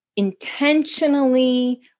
intentionally